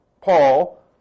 Paul